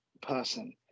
person